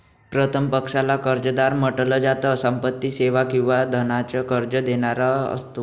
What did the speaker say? प्रथम पक्षाला कर्जदार म्हंटल जात, संपत्ती, सेवा किंवा धनाच कर्ज देणारा असतो